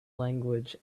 language